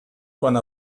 quant